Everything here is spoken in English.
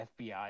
FBI